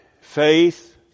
faith